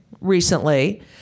recently